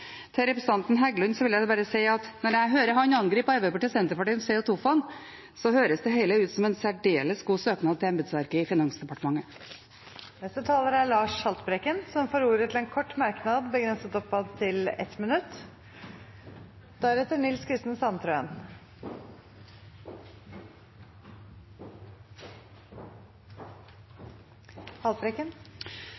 Til representanten Heggelund vil jeg bare si at når jeg hører ham angripe Arbeiderpartiet og Senterpartiet om CO 2 -fond, høres det hele ut som en særdeles god søknad til embetsverket i Finansdepartementet. Representanten Lars Haltbrekken har hatt ordet to ganger tidligere og får ordet til en kort merknad, begrenset til 1 minutt.